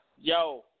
Yo